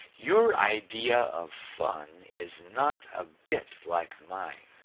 your idea of fun is not a bit like mine.